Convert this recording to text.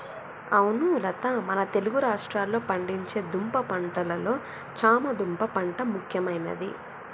అవును లత మన తెలుగు రాష్ట్రాల్లో పండించే దుంప పంటలలో చామ దుంప పంట ముఖ్యమైనది